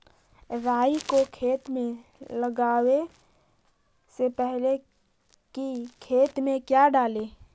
राई को खेत मे लगाबे से पहले कि खेत मे क्या डाले?